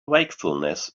wakefulness